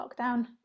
lockdown